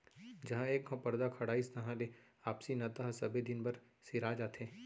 जहॉं एक घँव परदा खड़ाइस तहां ले आपसी नता ह सबे दिन बर सिरा जाथे